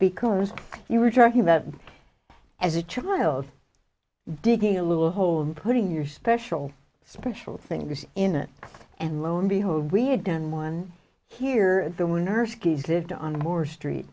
because you were talking about as a child digging a little hole and putting your special special things in it and lo and behold we had done one here so when ur skis lived on more street